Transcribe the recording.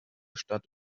stadt